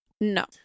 No